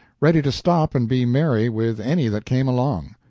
ready to stop and be merry with any that came along.